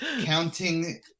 counting